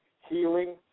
healing